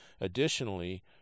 Additionally